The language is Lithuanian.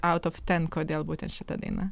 aut of ten kodėl būtent šita daina